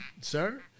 sir